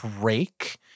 break